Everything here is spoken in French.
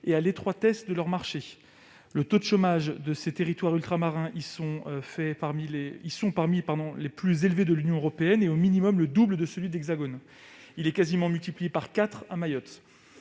et à l'étroitesse de leur marché. Le taux de chômage des territoires ultramarins est parmi les plus élevés de l'Union européenne. Il est au minimum le double de celui de l'Hexagone, voire le quadruple à Mayotte.